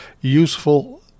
useful